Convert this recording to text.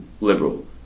liberal